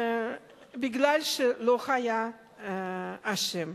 מפני שלא היה אשם.